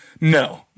No